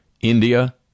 India